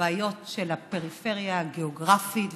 בעיות של הפריפריה הגיאוגרפית,